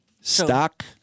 stock